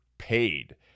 Paid